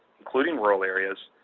including rural areas,